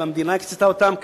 והמדינה הקצתה אותן,